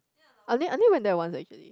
only only went there once actually